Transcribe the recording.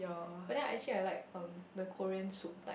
but then actually I like from the Korean soup type